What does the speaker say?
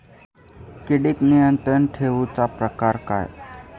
किडिक नियंत्रण ठेवुचा प्रकार काय?